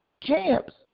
camps